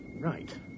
Right